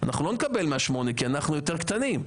אנחנו לא נקבל מה-8 כי אנחנו יותר קטנים.